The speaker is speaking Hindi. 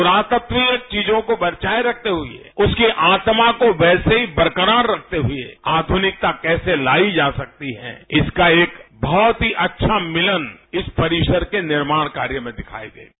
प्रातत्वीय चीजों को बचाये रखते हुए उसकी आत्मा को वैसे ही बरकरार रखते हुए आधनिकता कैसे लाई जा सकती है इसका एक बहुत ही अच्छा मिलन इस परिसर के निर्माण कार्य में दिखाई देगा